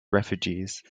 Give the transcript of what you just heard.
refugees